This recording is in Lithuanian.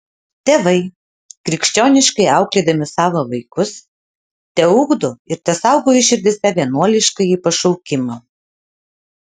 tėvai krikščioniškai auklėdami savo vaikus teugdo ir tesaugo jų širdyse vienuoliškąjį pašaukimą